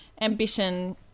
ambition